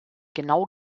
genau